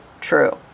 true